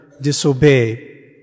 disobey